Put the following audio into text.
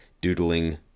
doodling